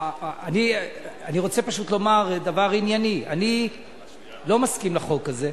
אני רוצה לומר דבר ענייני: אני לא מסכים לחוק הזה.